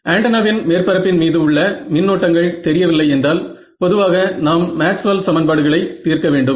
ஆண்டனாவின் மேற்பரப்பின் மீது உள்ள மின்னோட்டங்கள் தெரியவில்லை என்றால் பொதுவாக நாம் மேக்ஸ்வெல் சமன்பாடுகளை தீர்க்க வேண்டும்